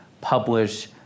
publish